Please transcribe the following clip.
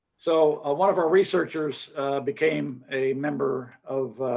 so ah one of our researchers became a member of